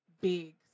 big